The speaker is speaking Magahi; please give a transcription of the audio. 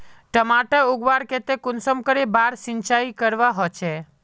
टमाटर उगवार केते कुंसम करे बार सिंचाई करवा होचए?